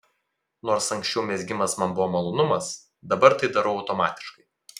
nors anksčiau mezgimas man buvo malonumas dabar tai darau automatiškai